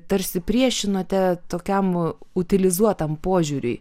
tarsi priešinote tokiam utilizuotam požiūriui